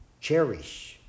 cherish